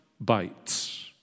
bites